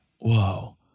whoa